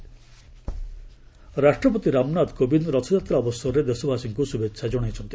ପ୍ରେଜ୍ ରଥଯାତ୍ରା ରାଷ୍ଟ୍ରପତି ରାମନାଥ କୋବିନ୍ଦ ରଥଯାତ୍ରା ଅବସରରେ ଦେଶବାସୀଙ୍କୁ ଶୁଭେଚ୍ଛା ଜଣାଇଛନ୍ତି